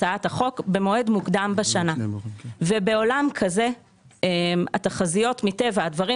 הצעת החוק במועד מוקדם בשנה ובעולם כזה מטבע הדברים,